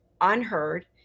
unheard